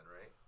right